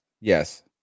yes